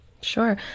sure